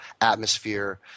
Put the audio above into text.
atmosphere